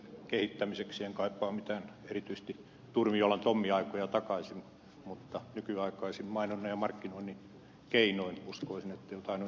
en kaipaa erityisesti mitään turmiolantommi aikoja takaisin mutta nykyaikaisin mainonnan ja markkinoinnin keinoin uskoisin että jotain olisi saatavissa aikaan